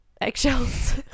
eggshells